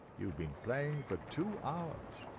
you've been playing for two ah